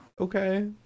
Okay